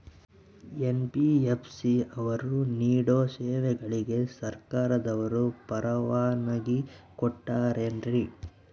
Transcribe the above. NBFC ಅವರು ನೇಡೋ ಸೇವೆಗಳಿಗೆ ಸರ್ಕಾರದವರು ಪರವಾನಗಿ ಕೊಟ್ಟಾರೇನ್ರಿ?